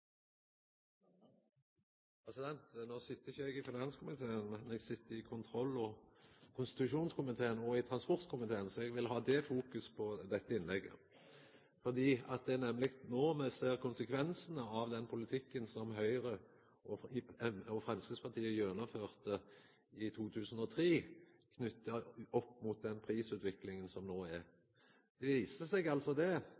i finanskomiteen, men eg sit i kontroll- og konstitusjonskomiteen og i transportkomiteen, så eg vil ha det fokuset på dette innlegget. Det er nemleg no me ser konsekvensane av den politikken som Høgre og Framstegspartiet gjennomførte i 2003, knytt opp mot den prisutviklinga som er no. Det